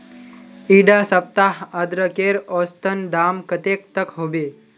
इडा सप्ताह अदरकेर औसतन दाम कतेक तक होबे?